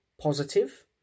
positive